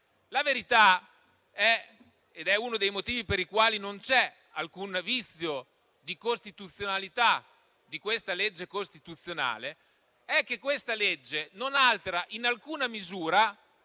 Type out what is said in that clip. La verità - ed è questo uno dei motivi per i quali non c'è alcun vizio di costituzionalità in questa legge costituzionale - è che questa legge non altera in alcuna misura